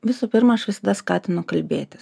visų pirma aš visada skatin kalbėtis